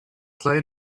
play